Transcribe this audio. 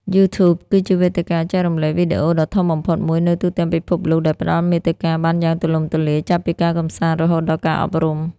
YouTube គឺជាវេទិកាចែករំលែកវីដេអូដ៏ធំបំផុតមួយនៅទូទាំងពិភពលោក ដែលផ្តល់មាតិកាបានយ៉ាងទូលំទូលាយ ចាប់ពីការកម្សាន្ត រហូតដល់ការអប់រំ។